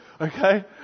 Okay